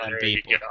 people